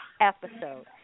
episode